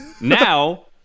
Now